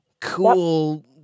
cool